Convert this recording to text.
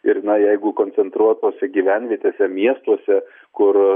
ir na jeigu koncentruotose gyvenvietėse miestuose kur